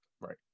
right